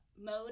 mode